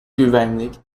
güvenlik